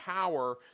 power